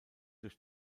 durch